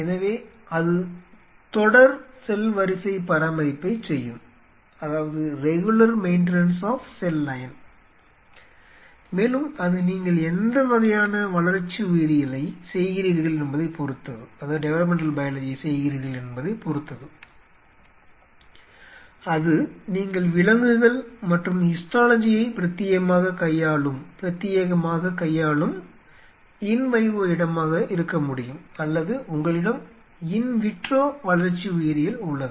எனவே அது தொடர் செல் வரிசை பராமரிப்பைச் செய்யும் மேலும் அது நீங்கள் எந்த வகையான வளர்ச்சி உயிரியலைச் செய்கிறீர்கள் என்பதைப் பொறுத்தது அது நீங்கள் விலங்குகள் மற்றும் ஹிஸ்டாலஜியைப் பிரத்தியேகமாகக் கையாளும் இன் விவோ இடமாக இருக்க முடியும் அல்லது உங்களிடம் இன் விட்ரோ வளர்ச்சி உயிரியல் உள்ளது